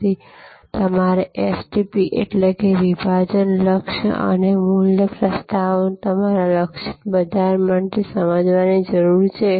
તેથી તમારે STP એટલેકે વિભાજન લક્ષ્ય અને મૂલ્ય પ્રસ્તાવ તમારા લક્ષિત બજાર માટે સમજવાની જરૂર છે